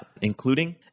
including